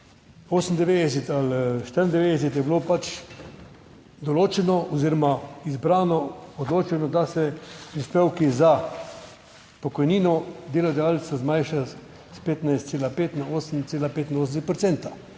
1998 ali 1994 je bilo pač določeno oziroma izbrano odločeno, da se prispevki za pokojnino delodajalcu zmanjšajo s 15,5 na 8,85 %.